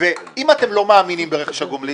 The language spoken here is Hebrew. ואם אתם לא מאמינים ברכש הגומלין,